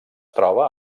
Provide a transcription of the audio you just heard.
troba